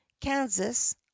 kansas